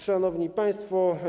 Szanowni Państwo!